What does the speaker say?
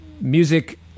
music